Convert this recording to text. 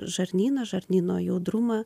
žarnyną žarnyno judrumą